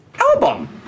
album